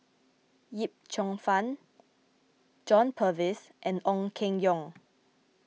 Yip Cheong Fun John Purvis and Ong Keng Yong